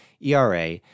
ERA